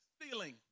feeling